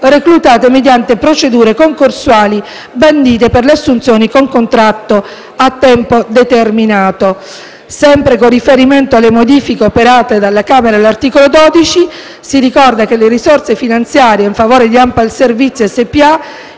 reclutate mediante procedure concorsuali bandite per le assunzioni con contratto a tempo determinato. Sempre con riferimento alle modifiche operate dalla Camera all'articolo 12, si ricorda che le risorse finanziarie in favore di ANPAL Servizi SpA,